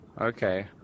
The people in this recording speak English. okay